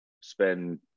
spend